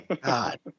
God